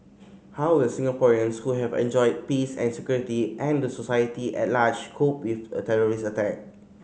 how will Singaporeans who have enjoyed peace and security and the society at large cope with a terrorist attack